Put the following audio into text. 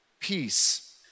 peace